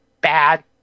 bad